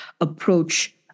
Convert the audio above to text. approach